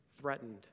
threatened